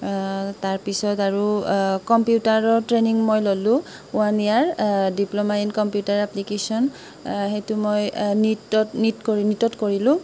তাৰ পিছত আৰু কম্পিউটাৰত ট্ৰেইনিং মই ল'লো one year diploma in computer application সেইটো মই নীটত নীট নীটত কৰিলোঁ